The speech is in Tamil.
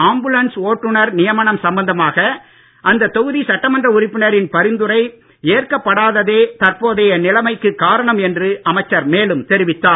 ஆம்புலன்ஸ் ஓட்டுநர் நியமனம் சம்பந்தமாக அத்தொகுதி சட்டமன்ற உறுப்பினரின் பரிந்துரை ஏற்கப்படாததே தற்போதைய நிலமைக்குக் காரணம் என்று அமைச்சர் மேலும் தெரிவித்தார்